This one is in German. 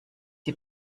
die